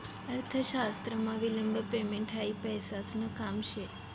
अर्थशास्त्रमा विलंब पेमेंट हायी पैसासन काम शे